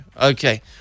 Okay